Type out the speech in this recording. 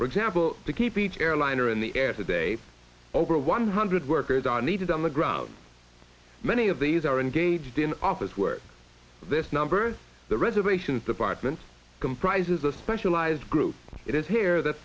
for example to keep each airliner in the air today over one hundred workers are needed on the ground many of these are engaged in office work this numbers the reservations department comprises a specialized group it is here that